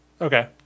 Okay